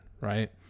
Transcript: right